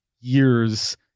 years